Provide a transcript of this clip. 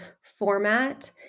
format